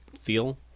feel